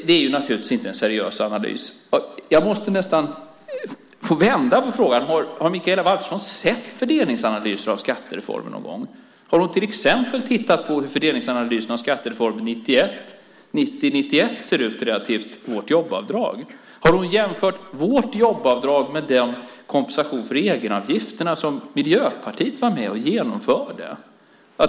Det är naturligtvis inte en seriös analys. Jag måste nästan få vända på frågan. Har Mikaela Valtersson sett fördelningsanalyser av skattereformer någon gång? Har hon till exempel tittat på hur fördelningsanalysen av skattereformen 90-91 ser ut relativt vårt jobbavdrag? Har hon jämfört vårt jobbavdrag med den kompensation för egenavgifterna som Miljöpartiet var med och genomförde?